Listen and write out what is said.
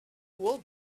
wool